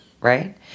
right